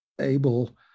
able